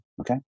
okay